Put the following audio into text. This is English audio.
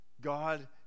God